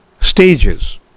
stages